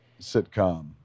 sitcom